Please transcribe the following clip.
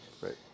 Right